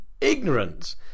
ignorant